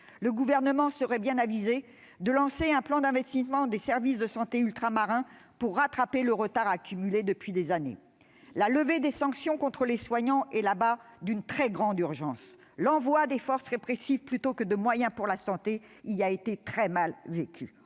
Le Gouvernement serait bien avisé de lancer un plan d'investissement des services de santé ultramarins pour rattraper le retard accumulé depuis des années. La levée des sanctions contre les soignants est là-bas d'une très grande urgence. L'envoi de forces répressives, plutôt que de moyens pour la santé, y a été très mal vécu.